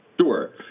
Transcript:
Sure